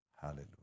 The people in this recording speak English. Hallelujah